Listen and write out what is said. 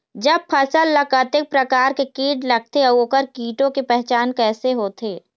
जब फसल ला कतेक प्रकार के कीट लगथे अऊ ओकर कीटों के पहचान कैसे होथे?